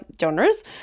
genres